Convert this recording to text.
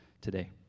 today